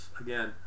Again